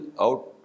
out